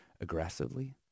aggressively